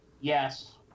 Yes